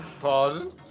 Pardon